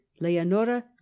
leonora